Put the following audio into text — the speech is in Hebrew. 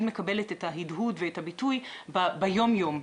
מקבלת את ההדהוד ואת הביטוי ביום יום,